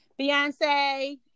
Beyonce